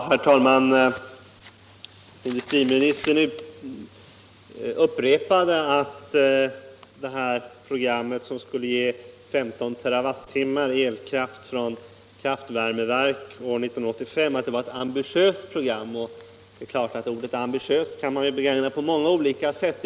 Herr talman! Industriministern upprepade att regeringens program som år 1985 skulle ge 15 terrawattimmar elkraft från kraftvärmeverk var ett ambitiöst program. Ordet ambitiös kan man naturligtvis begagna på många olika sätt.